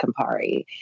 Campari